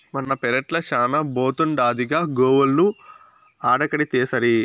మన పెరట్ల శానా బోతుండాదిగా గోవులను ఆడకడితేసరి